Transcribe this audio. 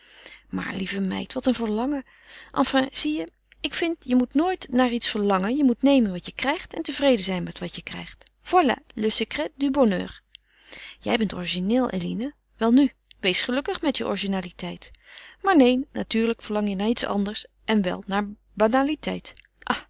maar lieve meid wat een verlangen enfin zie je ik vind je moet nooit naar iets verlangen je moet nemen wat je krijgt en tevreden zijn met wat je krijgt voilà le secret du bonheur jij bent origineel eline welnu wees gelukkig met je originaliteit maar neen natuurlijk verlang je naar iets anders en wel naar